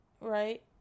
Right